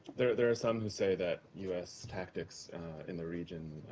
there there are some who say that u s. tactics in the region